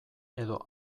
edo